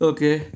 Okay